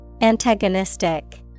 Antagonistic